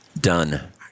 done